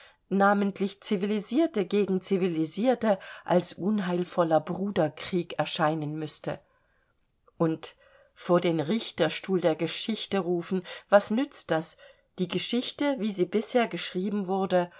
namentlich civilisierte gegen civilisierte als unheilvoller bruderkrieg erscheinen müßte und vor den richterstuhl der geschichte rufen was nützt das die geschichte wie sie bisher geschrieben wurde